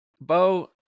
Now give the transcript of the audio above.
Bo